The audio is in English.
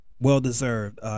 well-deserved